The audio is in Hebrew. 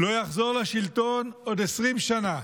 לא יחזור לשלטון עוד 20 שנה.